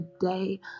today